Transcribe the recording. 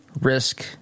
risk